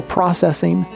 Processing